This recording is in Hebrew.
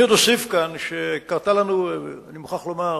אני עוד אוסיף כאן, אני מוכרח לומר,